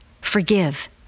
Forgive